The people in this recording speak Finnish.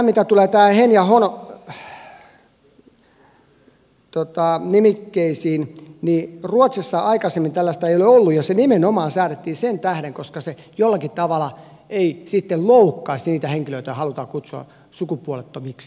mitä tulee näihin hen ja hon nimikkeisiin niin ruotsissa aikaisemmin tällaista ei ole ollut ja se nimenomaan säädettiin sen tähden että se jollakin tavalla ei sitten loukkaisi niitä henkilöitä joita halutaan kutsua sukupuolettomiksi